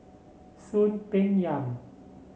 Soon Peng Yam